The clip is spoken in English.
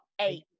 eight